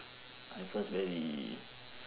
iphones very